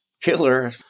Killer